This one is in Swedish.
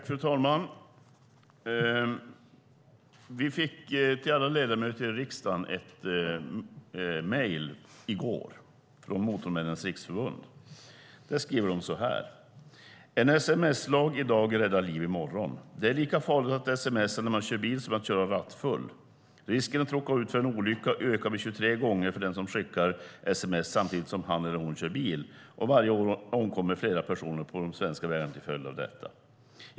Fru talman! Alla vi ledamöter i riksdagen fick i går ett mejl från Motormännens Riksförbund. Det stod: En sms-lag i dag räddar liv i morgon. Det är lika farligt att sms:a när man kör bil som att köra rattfull. Risken att råka ut för en olycka ökar med 23 gånger för den som skickar sms samtidigt som han eller hon kör bil, och varje år omkommer flera personer på de svenska vägarna till följd av detta.